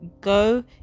go